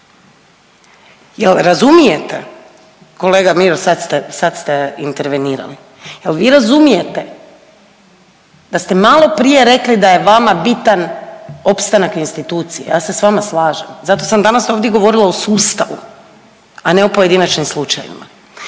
Jel razumijete kolega Miro sad ste intervenirali, jel vi razumijete da ste maloprije rekli da je vama bitan opstanak institucije. Ja se s vama slažem, zato sam danas ovdje govorila o sustavu, a ne pojedinačnim slučajevima.